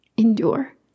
Endure